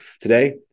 today